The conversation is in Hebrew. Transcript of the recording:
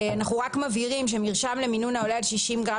אנחנו רק מבהירים ש"מרשם למינון העולה על 60 גרם